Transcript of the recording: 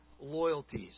loyalties